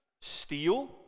steal